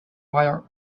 wire